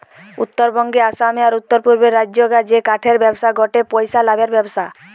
উত্তরবঙ্গে, আসামে, আর উততরপূর্বের রাজ্যগা রে কাঠের ব্যবসা গটে পইসা লাভের ব্যবসা